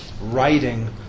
writing